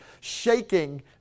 shaking